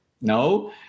no